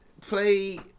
play